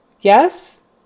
Yes